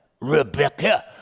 Rebecca